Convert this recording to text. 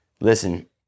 listen